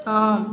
ஆம்